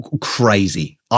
crazy